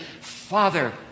Father